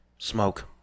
Smoke